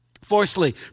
Fourthly